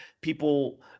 people